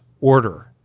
order